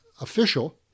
official